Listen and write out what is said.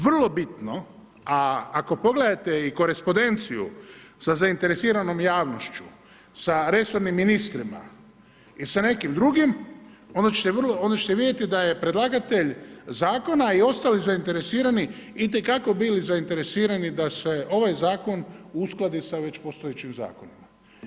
Vrlo bitno, a ako pogledate i korespondenciju sa zainteresiranom javnošću, sa resornim ministrima i sa nekim drugim onda ćete vidjeti da je predlagatelj zakona i ostali zainteresirani itekako bili zainteresirani da se ovaj zakon uskladi sa već postojećim zakonima.